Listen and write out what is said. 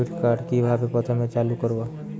Debit card কিভাবে প্রথমে চালু করব?